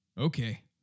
Okay